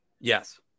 Yes